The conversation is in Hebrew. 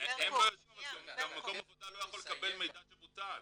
הם לא יודעים אבל מקום העבודה לא יכול לקבל מידע שבוטל.